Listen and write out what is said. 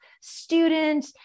student